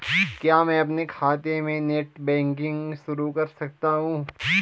क्या मैं अपने खाते में नेट बैंकिंग शुरू कर सकता हूँ?